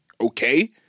Okay